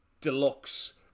deluxe